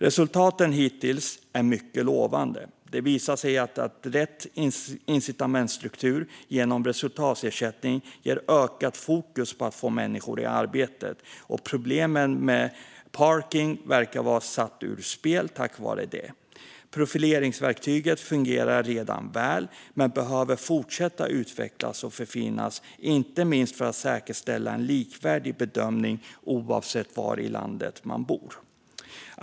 Resultaten är hittills mycket lovande. Det visar sig att rätt incitamentsstruktur genom resultatersättning ger ökat fokus på att få människor i arbete. Problemen med "parking" verkar vara satta ur spel tack vare det. Profileringsverktyget fungerar redan väl men behöver fortsätta utvecklas och förfinas, inte minst för att säkerställa en likvärdig bedömning oavsett var i landet man bor.